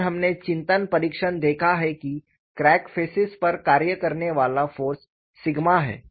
और हमने चिंतन परीक्षण देखा है कि क्रैक फेसेस पर कार्य करने वाला फ़ोर्स सिग्मा है